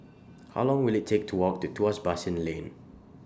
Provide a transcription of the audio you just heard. How Long Will IT Take to Walk to Tuas Basin Lane